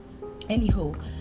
Anywho